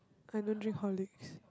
I don't drink Holicks